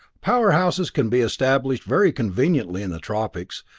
power houses can be established very conveniently in the tropics,